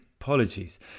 Apologies